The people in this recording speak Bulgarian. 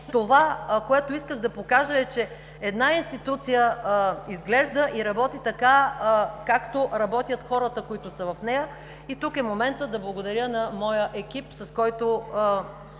това, което исках да покажа, е, че една институция изглежда и работи така, както работят хората, които са в нея. Тук е моментът да благодаря на моя екип, с който